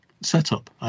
setup